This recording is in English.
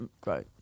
great